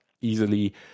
easily